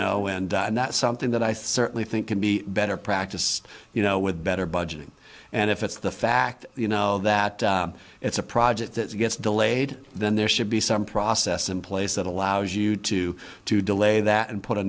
know and that's something that i certainly think can be better practiced you know with better budgeting and if it's the fact you know that it's a project that gets delayed then there should be some process in place that allows you to to delay that and put a